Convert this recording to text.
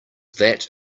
that